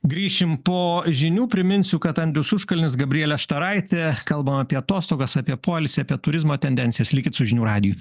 grįšim po žinių priminsiu kad andrius užkalnis gabrielė štaraitė kalbam apie atostogas apie poilsį apie turizmo tendencijas likit su žinių radiju